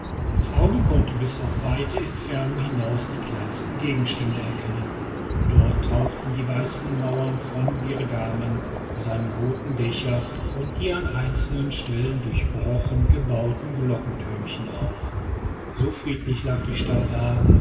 das auge konnte bis auf weite entfernung hinaus die kleinsten gegenstände erkennen dort tauchten die weißen mauern von virgamen seine rothen dächer und die an einzelnen stellen durchbrochen gebauten glockenthürmchen auf so friedlich lag die stadt da